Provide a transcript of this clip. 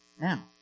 Now